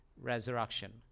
resurrection